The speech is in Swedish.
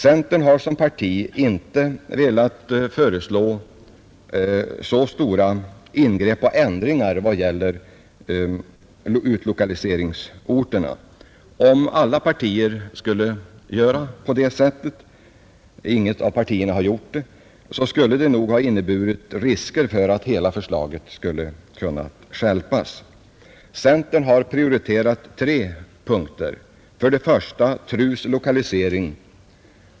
Centern har som parti inte velat föreslå så stora ingrepp och ändringar vad gäller utlokaliseringsorterna. Om alla partier skulle ha föreslaget sådana ingrepp — inget av partierna har gjort det — hade det nog inneburit risker för att hela förslaget skulle kunna stjälpas. Centern har prioriterat tre punkter. 1. TRUss lokalisering.